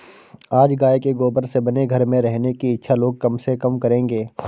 आज गाय के गोबर से बने घर में रहने की इच्छा लोग कम से कम करेंगे